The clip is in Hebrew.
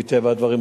מטבע הדברים,